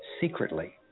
secretly